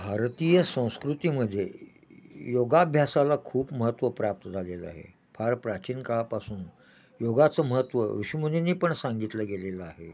भारतीय संस्कृतीमध्ये योगाभ्यासाला खूप महत्त्व प्राप्त झालेलं आहे फार प्राचीन काळापासून योगाचं महत्त्व ऋषिमुनिंनी पण सांगितलं गेलेलं आहे